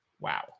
Wow